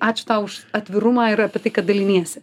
ačiū tau už atvirumą ir apie tai kad daliniesi